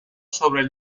sobre